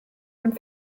dem